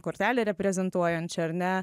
kortelę reprezentuojančią ar ne